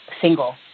single